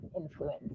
influence